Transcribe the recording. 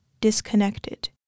disconnected